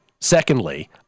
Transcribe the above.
Secondly